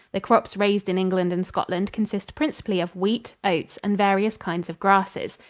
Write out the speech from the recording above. the crops raised in england and scotland consist principally of wheat, oats and various kinds of grasses.